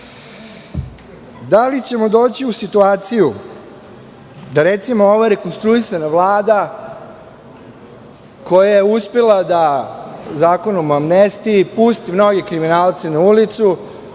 Da li ćemo doći u situaciju da, recimo, ova rekonstruisana Vlada koja je uspela da Zakonom o amnestiji pusti mnoge kriminalce na ulicu,